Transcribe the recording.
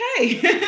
okay